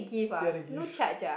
yeah they give